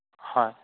হয়